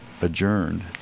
adjourned